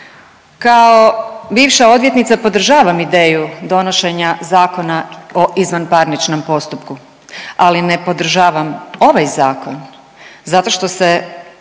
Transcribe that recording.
Kao bivša odvjetnica podržavam ideju donošenja Zakona o izvanparničnom postupku, ali ne podržavam ovaj zakon zato što se